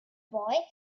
boy